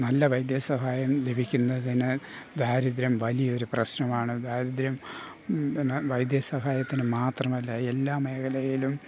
നല്ല വൈദ്യസഹായം ലഭിക്കുന്നതിന് ദാരിദ്ര്യം വലിയൊരു പ്രശ്നമാണ് ദാരിദ്ര്യം പിന്നെ വൈദ്യസഹായത്തിന് മാത്രമല്ല എല്ലാ മേഖലയിലും